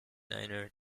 niner